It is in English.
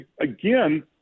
again